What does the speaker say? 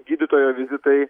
gydytojo vizitai